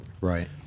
Right